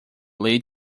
lead